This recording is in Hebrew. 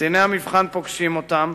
קציני המבחן פוגשים אותם,